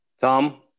Tom